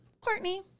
Courtney